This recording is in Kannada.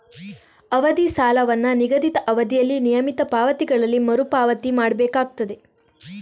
ಅವಧಿ ಸಾಲವನ್ನ ನಿಗದಿತ ಅವಧಿಯಲ್ಲಿ ನಿಯಮಿತ ಪಾವತಿಗಳಲ್ಲಿ ಮರು ಪಾವತಿ ಮಾಡ್ಬೇಕಾಗ್ತದೆ